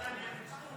נתניה ניצחו.